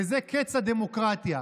וזה קץ הדמוקרטיה.